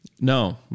No